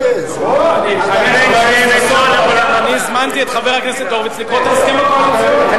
אני הזמנתי את חבר הכנסת הורוביץ לקרוא את ההסכם הקואליציוני.